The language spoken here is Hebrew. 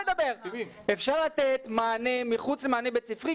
אפשר לתת מענה מחוץ למענה בית-ספרי.